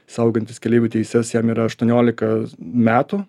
saugantis keleivių teises jam yra aštuoniolika metų